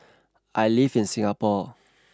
I live in Singapore